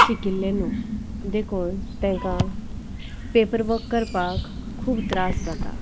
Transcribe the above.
शिकिल्ले न्हू देखून तेंका पेपर वर्क करपाक खूब त्रास जाता